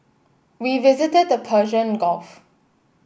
we visited the Persian Gulf